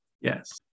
Yes